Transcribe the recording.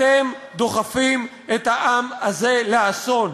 אתם דוחפים את העם הזה לאסון.